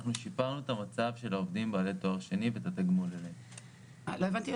אנחנו שיפרנו את המצב של העובדים בעלי תואר שני --- לא הבנתי.